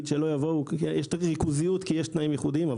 יש ריכוזיות כי יש תנאים ייחודיים.